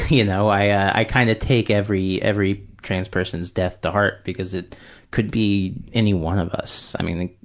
you know, i, i kind of take every every trans person's death to heart because it could be any one of us. i mean,